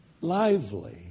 Lively